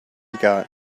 got